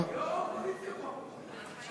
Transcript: יו"ר האופוזיציה פה.